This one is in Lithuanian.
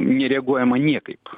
nereaguojama niekaip